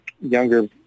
younger